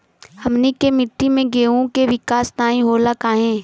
हमनी के मिट्टी में गेहूँ के विकास नहीं होला काहे?